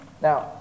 Now